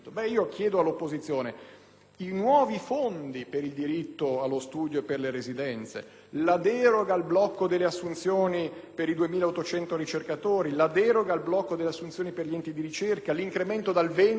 i nuovi fondi per il diritto allo studio e per le residenze, la deroga al blocco delle assunzioni per i 2.800 ricercatori, la deroga al blocco delle assunzioni per gli enti di ricerca, l'incremento dal 20 al 50 per